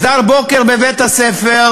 מסדר בוקר בבית-הספר,